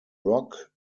rock